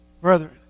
brethren